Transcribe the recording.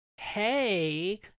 Hey